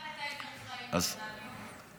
רק אתה עיוור צבעים פה, תאמין לי.